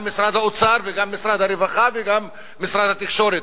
גם משרד האוצר וגם משרד הרווחה וגם משרד התקשורת.